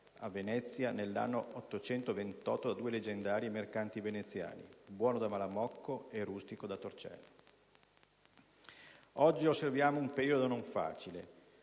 a Venezia nell'anno 828 da due leggendari mercanti veneziani: Buono da Malamocco e Rustico da Torcello. Oggi attraversiamo un periodo non facile